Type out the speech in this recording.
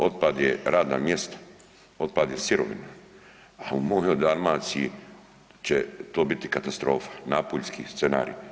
Otpad je radna mjesta, otpad je sirovina, a u mojoj Dalmaciji će to biti katastrofa, napuljski scenarij.